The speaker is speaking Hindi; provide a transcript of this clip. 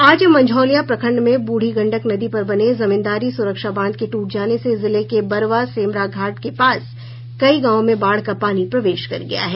आज मंझौलिया प्रखंड में बूढ़ी गंडक नदी पर बने जमींदारी सुरक्षा बांध के टूट जाने से जिले के बरवा सेमरा घाट के पास कई गांवों में बाढ़ का पानी प्रवेश कर गया है